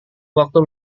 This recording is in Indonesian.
waktu